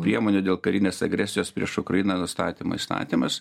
priemonių dėl karinės agresijos prieš ukrainą nustatymo įstatymas